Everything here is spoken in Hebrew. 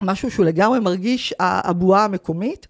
משהו שהוא לגמרי מרגיש ה... הבועה המקומית.